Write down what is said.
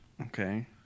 Okay